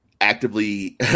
actively